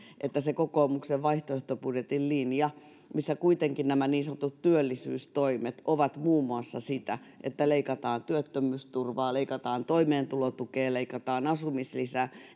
että se kokoomuksen vaihtoehtobudjetin linja missä nämä niin sanotut työllisyystoimet ovat muun muassa sitä että leikataan työttömyysturvaa leikataan toimeentulotukea leikataan asumislisää